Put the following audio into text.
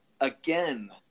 again